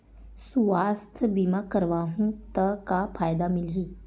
सुवास्थ बीमा करवाहू त का फ़ायदा मिलही?